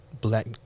black